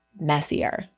messier